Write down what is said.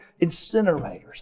incinerators